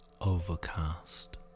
overcast